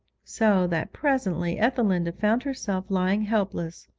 so that presently ethelinda found herself lying helpless,